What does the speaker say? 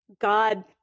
God